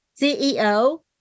CEO